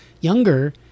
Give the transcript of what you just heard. younger